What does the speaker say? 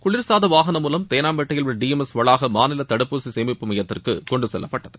குளிர்சாத வாகனம் மூலம் தேனாம்பேட்டையில் உள்ள டிஎம்ஸ் வளாக மாநில தடுப்பூசி சேமிப்பு மையத்திற்கு கொண்டுசெல்லப்பட்டது